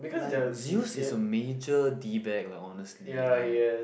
like Zeus is a major lah honestly like